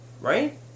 Right